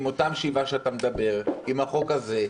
עם אותם שבעה שאתה מדבר עליהם, עם החוק הזה,